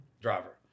driver